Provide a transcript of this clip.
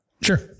Sure